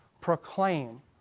proclaim